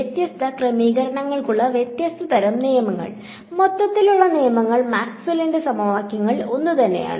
വ്യത്യസ്ത ക്രമീകരണങ്ങൾക്കുള്ള വ്യത്യസ്ത തരം നിയമങ്ങൾ മൊത്തത്തിലുള്ള നിയമങ്ങളിൽ മാക്സ്വെല്ലിന്റെ സമവാക്യങ്ങൾ ഒന്നുതന്നെയാണ്